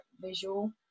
visual